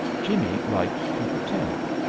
jimmie liked to pretend.